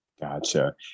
Gotcha